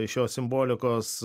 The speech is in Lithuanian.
šios simbolikos